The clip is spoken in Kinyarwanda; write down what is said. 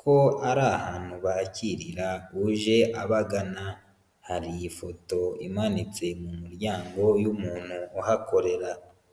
ko ari ahantu bakirira uje abagana, hari ifoto imanitse mu muryango y'umuntu uhakorera.